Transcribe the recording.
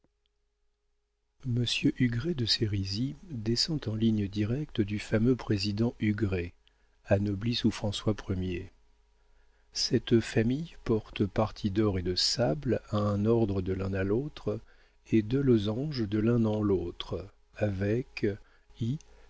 monsieur hugret de sérisy descend en ligne directe du fameux président hugret anobli sous françois ier cette famille porte parti d'or et de sable à un orle de l'un à l'autre et deux losanges de l'un en l'autre avec